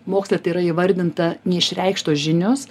moksle tai yra įvardinta neišreikštos žinios